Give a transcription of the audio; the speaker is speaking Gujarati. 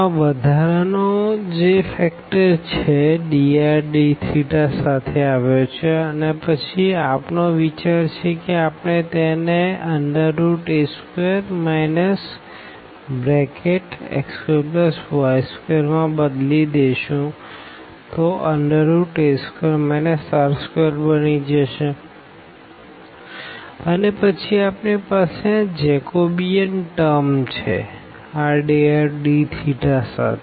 તો આ વધારા નો પરિબળ જે drdθસાથે આવ્યો છે અને પછી આપનો વિચાર છે કે આપણે તેને a2 x2y2 માં બદલી દેશું તો a2 r2 બની જશે અને પછી આપણી પાસે આ જેકોબેઅન ટર્મ છે rdrdθસાથે